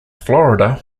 florida